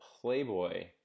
Playboy